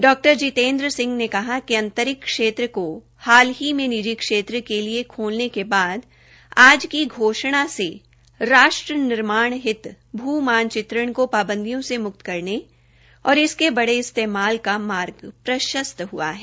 डॉ जितेंद्र सिंह ने कहा कि अंतरिक्ष क्षेत्र को हाल ही में निजी क्षेत्र के लिए खोलने के बाद आज की घोषणा से राष्ट्र निर्माण हित भू मानचित्रण को पाबंदियों से मुक्त करने और इसके बड़े इस्तेमाल का मार्ग प्रशस्त हआ है